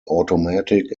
automatic